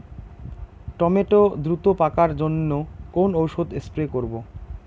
Tomato দ্রুত পাকার জন্য কোন ওষুধ স্প্রে করব?